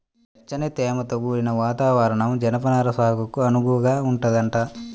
వెచ్చని, తేమతో కూడిన వాతావరణం జనపనార సాగుకు అనువుగా ఉంటదంట